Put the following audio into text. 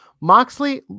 Moxley